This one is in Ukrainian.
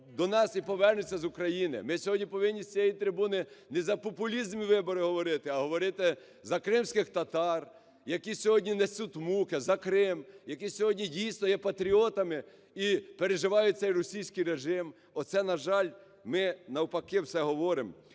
до нас, і повернуться в Україну. Ми сьогодні повинні з цієї трибуни не за популізм і вибори говорити, а говорити за кримських татар, які сьогодні несуть муки, за Крим, які сьогодні дійсно є патріотами і переживають цей російський режим. Оце, на жаль, ми навпаки все говоримо,